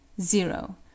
zero